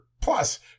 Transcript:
plus